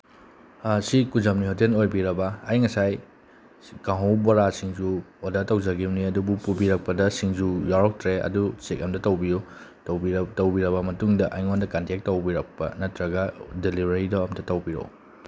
ꯁꯤ ꯀꯨꯖꯃꯅꯤ ꯍꯣꯇꯦꯟ ꯑꯣꯏꯕꯤꯔꯕ ꯑꯩ ꯉꯁꯥꯏ ꯀꯥꯡꯉꯧ ꯕꯣꯔꯥ ꯁꯤꯡꯖꯨ ꯑꯣꯔꯗꯔ ꯇꯧꯖꯒꯤꯝꯅꯤ ꯑꯗꯨꯕꯨ ꯄꯨꯕꯤꯔꯛꯄꯗ ꯁꯤꯡꯖꯨ ꯌꯥꯎꯔꯛꯇ꯭ꯔꯦ ꯑꯗꯨ ꯆꯦꯛ ꯑꯝꯇ ꯇꯧꯕꯤꯌꯨ ꯇꯧꯕꯤꯔꯕ ꯃꯇꯨꯡꯗ ꯑꯩꯉꯣꯟꯗ ꯀꯟꯇꯦꯛ ꯇꯧꯕꯤꯔꯛꯄ ꯅꯠꯇ꯭ꯔꯒ ꯗꯦꯂꯤꯚꯔꯤꯗꯣ ꯑꯝꯇ ꯇꯧꯕꯤꯔꯛꯑꯣ